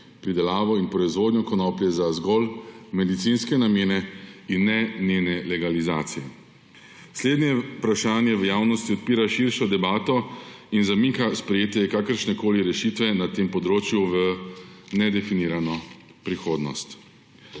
pridelavo in proizvodnjo konoplje za zgolj medicinske namene; in ne njene legalizacije. Slednje vprašanje v javnosti odpira širšo debato in zamika sprejetje kakršnekoli rešitve na tem področju v nedefinirano prihodnost.